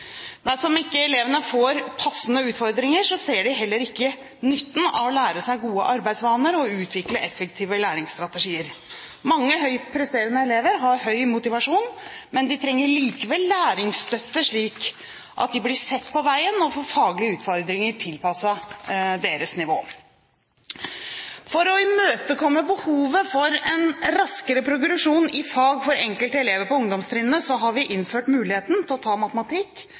ikke elevene får passende utfordringer, ser de heller ikke nytten av å lære seg gode arbeidsvaner og utvikle effektive læringsstrategier. Mange høytpresterende elever har høy motivasjon, men de trenger likevel læringsstøtte slik at de blir «sett på veien» og får faglige utfordringer tilpasset sitt nivå. For å imøtekomme behovet for en raskere progresjon i fag for enkelte elever på ungdomstrinnet har vi innført muligheten til å ta matematikk,